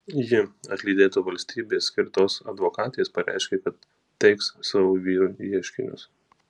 ji atlydėta valstybės skirtos advokatės pareiškė kad teiks savo vyrui ieškinius